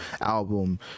album